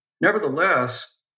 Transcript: Nevertheless